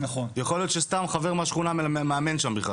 יכול להיות שסתם חבר מהשכונה מאמן שם.